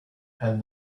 and